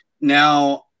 Now